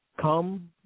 come